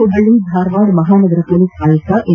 ಹುಬ್ಬಳ್ಳಿ ಧಾರವಾಡ ಮಹಾನಗರ ಪೊಲೀಸ್ ಆಯುಕ್ತ ಎಂ